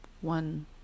One